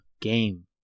game